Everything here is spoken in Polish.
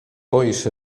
boisz